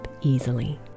easily